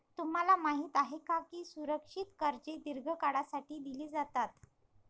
तुम्हाला माहित आहे का की सुरक्षित कर्जे दीर्घ काळासाठी दिली जातात?